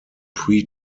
pre